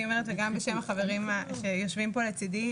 אומרת וגם בשם החברים שיושבים כאן לצדי,